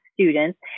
students